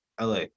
la